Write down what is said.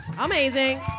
amazing